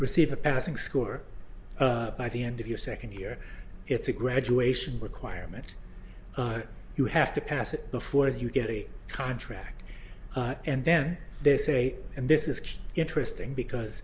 receive a passing score by the end of your second year it's a graduation requirement you have to pass it before you get a contract and then they say and this is interesting because